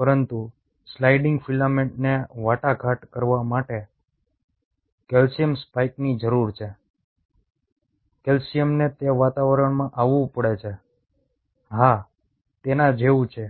પરંતુ સ્લાઇડિંગ ફિલામેન્ટને વાટાઘાટ કરવા માટે કેલ્શિયમ સ્પાઇકની જરૂર છે કેલ્શિયમને તે વાતાવરણમાં આવવું પડે છે હા તેના જેવું છે